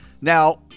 Now